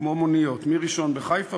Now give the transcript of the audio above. כמו מוניות, מי ראשון בחיפה?